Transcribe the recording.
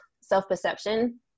self-perception